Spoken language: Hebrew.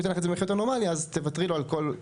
לך את זה במחיר נורמלי אז תוותרי לו על כל מיני,